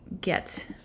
get